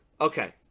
Okay